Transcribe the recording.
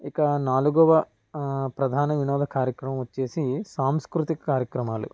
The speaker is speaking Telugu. ఇక నాలుగవది ప్రధాన వినోద కార్యక్రమం వచ్చేసి సాంస్కృతిక కార్యక్రమాలు